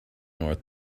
north